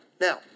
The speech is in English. Now